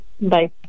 Bye